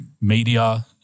media